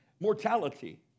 mortality